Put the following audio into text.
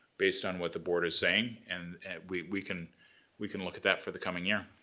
based on what the board is saying, and we we can we can look at that for the coming year.